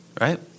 Right